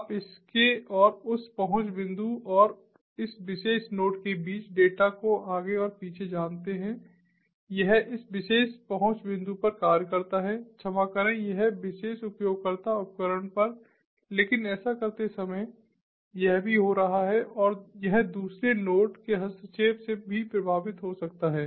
आप इसके और उस पहुंच बिंदु और इस विशेष नोड के बीच डेटा को आगे और पीछे जानते हैं यह इस विशेष पहुंच बिंदु पर कार्य करता है क्षमा करें यह विशेष उपयोगकर्ता उपकरण पर लेकिन ऐसा करते समय यह भी हो रहा है यह दूसरे नोड के हस्तक्षेप से भी प्रभावित हो सकता है